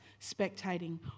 spectating